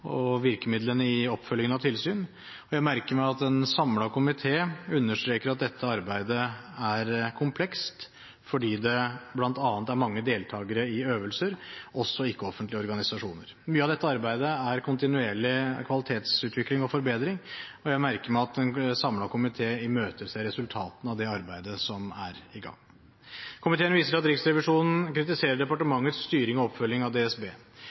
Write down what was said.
og virkemidlene i oppfølgingen av tilsyn. Og jeg merker meg at en samlet komité understreker at dette arbeidet er komplekst fordi det bl.a. er mange deltakere i øvelser, også ikke-offentlige organisasjoner. Mye av dette arbeidet er kontinuerlig kvalitetsutvikling og forbedring, og jeg merker meg at en samlet komité imøteser resultatene av det arbeidet som er i gang. Komiteen viser til at Riksrevisjonen kritiserer departementets styring og oppfølging av DSB.